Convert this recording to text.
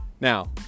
Now